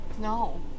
No